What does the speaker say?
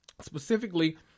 specifically